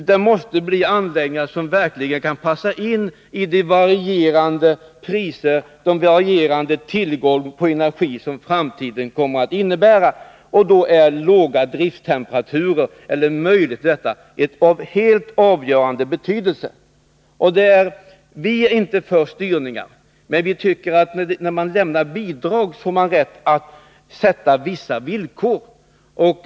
De måste passa in i det system med varierande priser och varierande tillgång på energi som framtiden kommer att innebära. Då är möjligheten till låga drifttemperaturer av helt avgörande betydelse. Vi är inte för styrningar, men vi tycker att när man lämnar bidrag har man rätt att ställa vissa villkor.